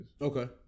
okay